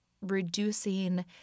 reducing